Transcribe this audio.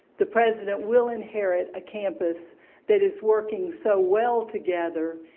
the president will inherit a campus that is working so well together,